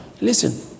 Listen